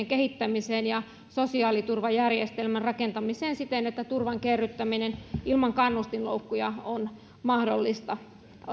kehittämiseen ja sosiaaliturvajärjestelmän rakentamiseen siten että turvan kerryttäminen ilman kannustinloukkuja on mahdollista